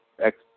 ex